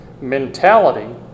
mentality